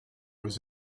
was